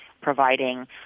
providing